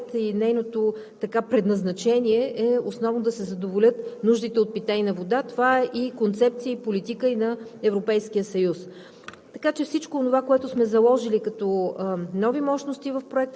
тъй като тя е изчерпаем ресурс и нейният приоритет и предназначение е основно да се задоволят нуждите от питейна вода. Това е концепция и политика и на Европейския съюз.